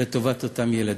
לטובת אותם ילדים.